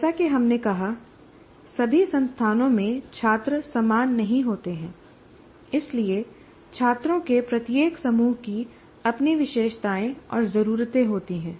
जैसा कि हमने कहा सभी संस्थानों में छात्र समान नहीं होते हैं इसलिए छात्रों के प्रत्येक समूह की अपनी विशेषताएं और जरूरतें होती हैं